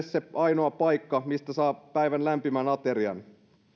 se ainoa paikka mistä saa päivän lämpimän aterian